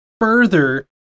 further